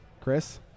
Chris